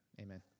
Amen